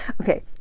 okay